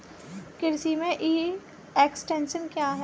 कृषि में e extension क्या है?